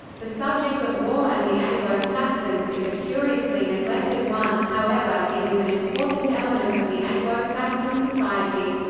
the subject of war and the anglo-saxons is a curiously neglected one, however, it is an important element of the anglo-saxon society.